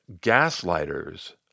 gaslighters